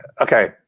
okay